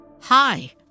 Hi